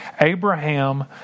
Abraham